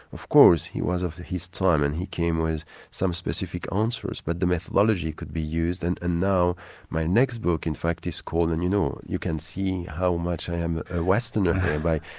of course he was of his time and he came with some specific answers, but the methodology could be used, and and now my next book in fact is called, and you know you can see how much i am a westerner by,